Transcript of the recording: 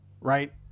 Right